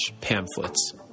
pamphlets